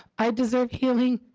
i deserve healing.